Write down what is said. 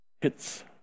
hits